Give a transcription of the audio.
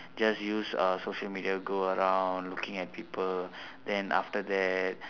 just use uh social media go around looking at people then after that